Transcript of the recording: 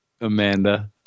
Amanda